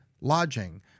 lodging